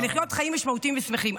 ולחיות חיים משמעותיים ושמחים.